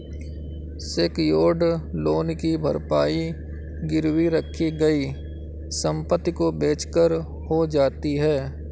secured loan की भरपाई गिरवी रखी गई संपत्ति को बेचकर हो जाती है